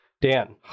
Dan